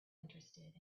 interested